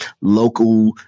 local